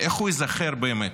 איך הוא ייזכר באמת.